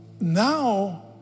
now